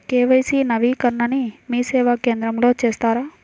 KYC నవీకరణని మీసేవా కేంద్రం లో చేస్తారా?